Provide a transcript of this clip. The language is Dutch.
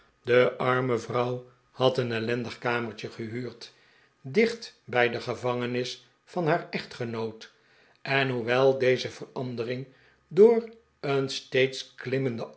de arme vrouw had een ellendig kamertje gehuurd dicht bij de gevangenis van haar echtgenoot en hoewel deze verandering door een steeds klimmende